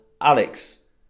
Alex